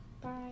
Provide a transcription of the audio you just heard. bye